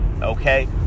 okay